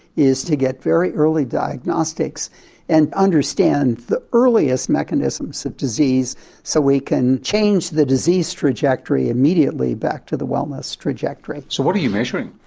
is to get very early diagnostics and understand the earliest mechanisms of disease so we can change the disease trajectory immediately back to the wellness trajectory. so what are you measuring?